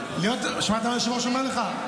שמעת מה שהיושב-ראש אומר לך?